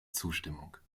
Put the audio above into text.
zustimmung